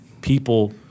people